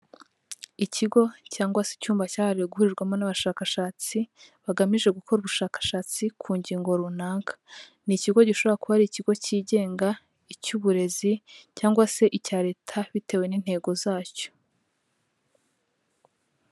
Ikigo cyangwa se icyumba cyahariwe guhurirwamo n'abashakashatsi, bagamije gukora ubushakashatsi ku ngingo runaka. Ni ikigo gishobora kuba ari ikigo cyigenga, icy'uburezi, cyangwa se icya Leta, bitewe n'intego zacyo.